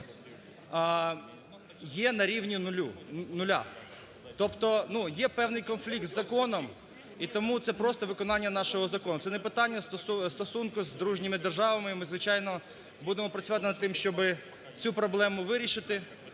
є на рівні нуля. Тобто є певний конфлікт з законом, і тому це просто виконання нашого закону. Це не питання стосунку з дружніми державами, і ми, звичайно, будемо працювати над тим, щоби цю проблему вирішити.